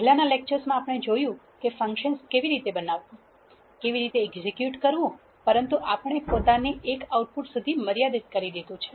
પહેલાનાં લેક્ચર્સમાં આપણે જોયું છે કે ફંક્શંસ કેવી રીતે બનાવવું કેવી રીતે એક્ઝેક્યુટ કરવું પરંતુ આપણે પોતાને એક આઉટપુટ સુધી મર્યાદિત કરી દીધું છે